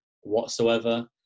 whatsoever